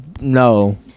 No